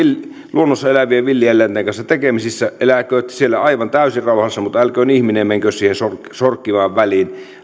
luonnossa elävien villieläinten kanssa tekemisissä eläkööt siellä aivan täysin rauhassa mutta älköön ihminen menkö sinne sorkkimaan väliin